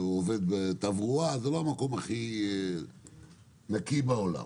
עובד בתברואה, זה לא המקום הכי נקי בעולם.